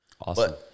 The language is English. Awesome